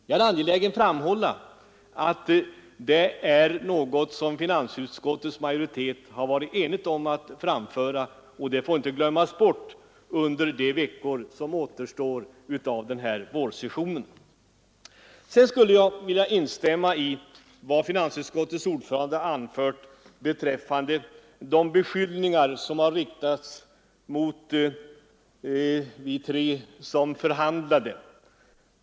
Jag är angelägen om att framhålla att det är något som majoriteten i finansutskottet har varit enig om att framföra och som inte får glömmas bort under de veckor som återstår av denna vårsession. Sedan vill jag instämma i vad finansutskottets ordförande anfört rörande de beskyllningar som riktats mot oss tre som förhandlade.